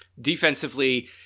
defensively